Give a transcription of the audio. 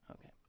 Okay